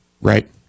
Right